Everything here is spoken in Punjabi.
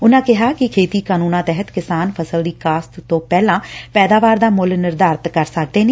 ਉਨੂਾਂ ਕਿਹਾ ਕਿ ਖੇਤੀ ਕਾਨੂੰਨਾਂ ਤਹਿਤ ਕਿਸਾਨ ਫਸਲ ਦੀ ਕਾਸਤ ਤੋਂ ਪਹਿਲਾਂ ਪੈਦਾਵਾਰ ਦਾ ਮੁੱਲ ਨਿਰਧਾਰਿਤ ਕਰ ਸਕਦੇ ਨੇ